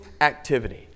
activity